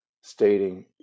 stating